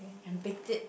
can baked it